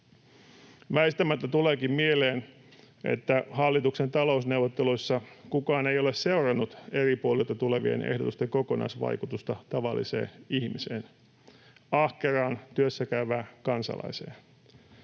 Väistämättä tuleekin mieleen, että hallituksen talousneuvotteluissa kukaan ei ole seurannut eri puolilta tulevien ehdotusten kokonaisvaikutusta tavalliseen ihmiseen, ahkeraan työssäkäyvään kansalaiseen.